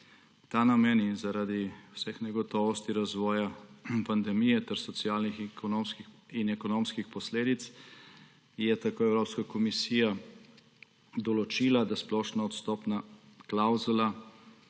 ta namen in zaradi vseh negotovosti razvoja pandemije ter socialnih in ekonomskih posledic je tako Evropska komisija določila, da splošna odstopana klavzula,